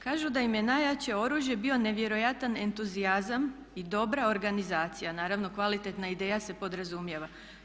Kažu da im je najjače oružje bio nevjerojatan entuzijazam i dobra organizacija, naravno kvalitetna ideja se podrazumijeva.